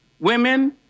Women